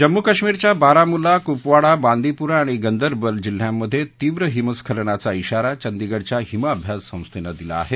जम्मू कश्मिरच्या बारामुल्ला कुपवाडा बांदीपूरा आणि गंदरबल जिल्ह्यांमधे तीव्र हिमस्खलनाचा शिरा चंदीगढच्या हिम अभ्यास संस्थेनं दिला आहे